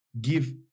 give